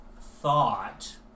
thought